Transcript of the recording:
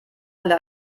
halle